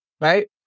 right